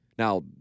Now